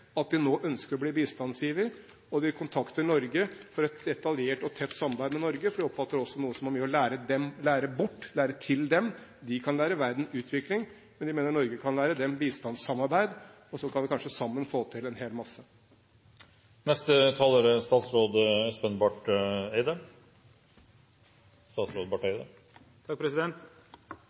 at de nå ønsker å bli bistandsgiver, og de kontakter Norge for et detaljert og tett samarbeid med oss, for de oppfatter oss som et land som har mye å lære dem og lære bort. De kan lære verden utvikling, men de mener Norge kan lære dem bistandssamarbeid, og så kan vi kanskje sammen få til en hel masse. Til representanten Woldseth må jeg understreke at det er